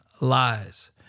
lies